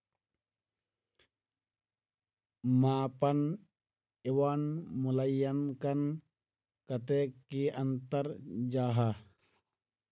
मापन एवं मूल्यांकन कतेक की अंतर जाहा?